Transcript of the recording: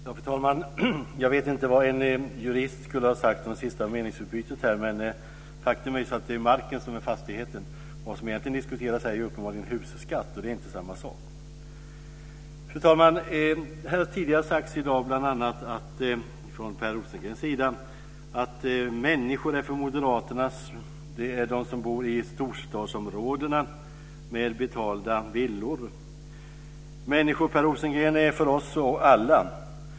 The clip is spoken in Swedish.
Fru talman! Jag vet inte vad en jurist skulle ha sagt om det senaste meningsutbytet. Faktum är att det är marken som är fastigheten. Vad som diskuteras här är uppenbarligen en husskatt, och det är inte samma sak. Fru talman! Per Rosengren har tidigare i dag sagt att människor för moderaterna är de som bor i storstadsområdena med betalda villor. Människor, Per Rosengren, är för oss alla.